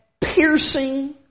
piercing